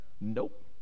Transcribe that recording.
Nope